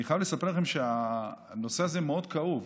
אני חייב לספר לכם שהנושא הזה מאוד כאוב.